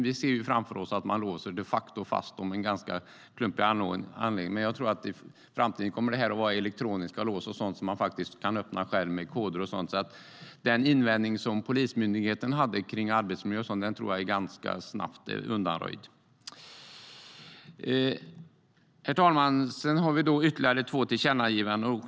Vi ser framför oss att man de facto låser fast fordonen med en ganska klumpig anordning, men jag tror att det i framtiden kommer att handla om elektroniska lås och sådant som man kan öppna själv med koder. Den invändning som polismyndigheten har haft när det gäller arbetsmiljö och så vidare tror jag är ganska snabbt undanröjd. Herr talman! Det finns ytterligare två tillkännagivanden.